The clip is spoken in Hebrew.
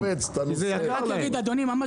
כי זה יקר להם.